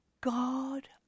God